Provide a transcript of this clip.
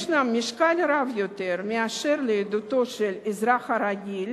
יש לה משקל רב יותר מאשר לעדותו של האזרח הרגיל